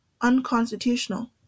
unconstitutional